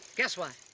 guess what?